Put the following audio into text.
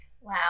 Wow